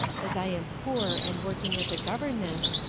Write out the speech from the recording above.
as i am poor and working as a governess,